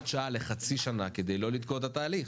שעה לחצי שנה כדי לא לתקוע את התהליך.